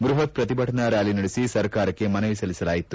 ಬ್ಬಹತ್ ಪ್ರತಿಭಟನಾ ರ್್ಾಲಿ ನಡೆಸಿ ಸರ್ಕಾರಕ್ಕೆ ಮನವಿ ಸಲ್ಲಿಸಲಾಯಿತು